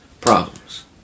problems